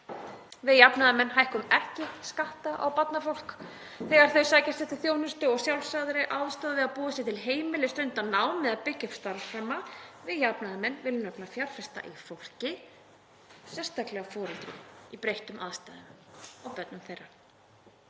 Við jafnaðarmenn hækkum ekki skatta á barnafólk þegar það sækist eftir þjónustu og sjálfsagðri aðstoð við að búa sér til heimili, stunda nám eða byggja upp starfsframa. Við jafnaðarmenn viljum nefnilega fjárfesta í fólki, sérstaklega foreldrum í breyttum aðstæðum og börnum þeirra.